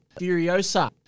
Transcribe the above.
Furiosa